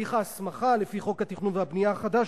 תהליך ההסמכה לפי חוק התכנון והבנייה החדש,